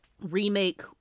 remake